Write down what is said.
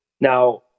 Now